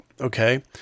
okay